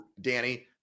Danny